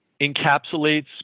encapsulates